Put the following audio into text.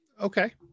Okay